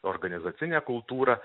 organizacinė kultūra